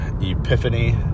epiphany